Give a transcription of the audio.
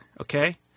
okay